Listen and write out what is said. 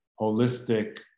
holistic